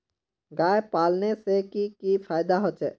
गाय पालने से की की फायदा होचे?